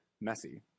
messy